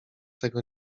tego